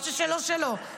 מה ששלו שלו,